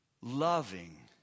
loving